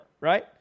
Right